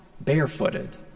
barefooted